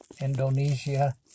Indonesia